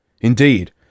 indeed